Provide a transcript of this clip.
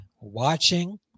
watching